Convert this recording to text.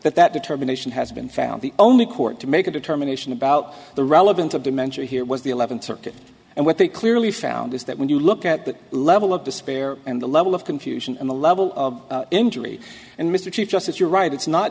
that that determination has been found the only court to make a determination about the relevance of dementia here was the eleventh circuit and what they clearly found is that when you look at the level of despair and the level of confusion in the level of injury and mr chief justice you're right it's not